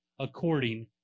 according